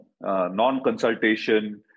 non-consultation